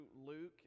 luke